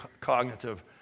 cognitive